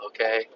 okay